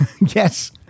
Yes